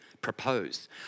propose